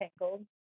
Tangled